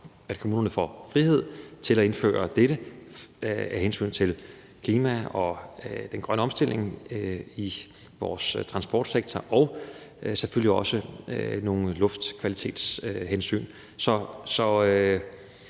at kommunerne får frihed til at indføre dette af hensyn til klimaet og den grønne omstilling i vores transportsektor og selvfølgelig også nogle luftkvalitetshensyn.